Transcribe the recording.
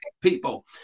people